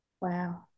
Wow